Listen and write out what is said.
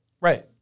Right